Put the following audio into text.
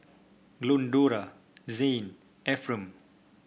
Glendora Zayne Efrem